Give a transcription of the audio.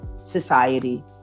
society